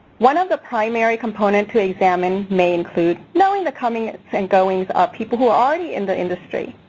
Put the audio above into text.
one of the primary components to examine may include knowing the comings and goings of people who are already in the industry.